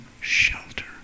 shelter